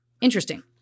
Interesting